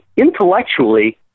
Intellectually